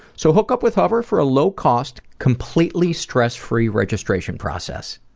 so hook up with hover for a low-cost, completely stress-free registration process.